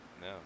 No